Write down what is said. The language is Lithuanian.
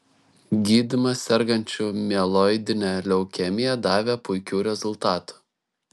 gydymas sergančių mieloidine leukemija davė puikių rezultatų